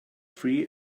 free